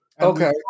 Okay